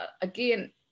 again